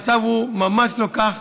המצב הוא ממש לא כך.